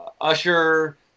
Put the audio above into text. Usher